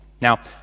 Now